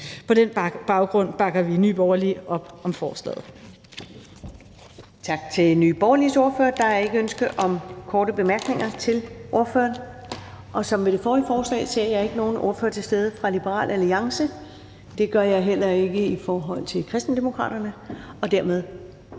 På den baggrund bakker vi i Nye Borgerlige op om forslaget.